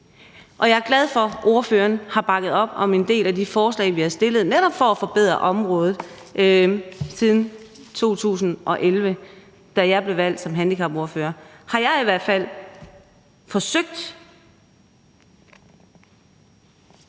Og jeg er glad for, at ordførere har bakket op om en del af de her forslag, som vi har stillet for netop at forbedre området siden 2011, da jeg blev valgt som handicapordfører. Jeg har i hvert fald forsøgt.